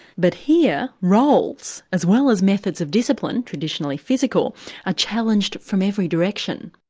but here, roles as well as methods of discipline traditionally physical are challenged from every direction.